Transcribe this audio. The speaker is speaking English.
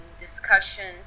discussions